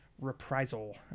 reprisal